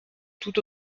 tout